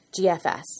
GFS